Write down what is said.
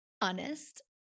honest